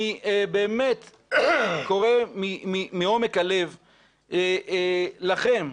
אני באמת קורא מעומק הלב לכם,